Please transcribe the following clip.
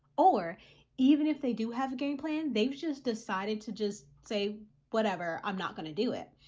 or even if they do have a game plan, they've just decided to just say whatever, i'm not going to do it.